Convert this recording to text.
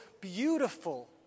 beautiful